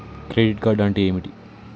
Credit card అంటే ఏమిటి?